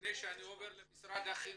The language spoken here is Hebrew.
לפני שאני עובר למשרד החינוך,